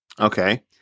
Okay